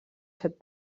set